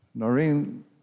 Noreen